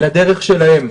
לדרך שלהם.